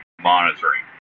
monitoring